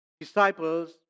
Disciples